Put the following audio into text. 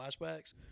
flashbacks